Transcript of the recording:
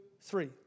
three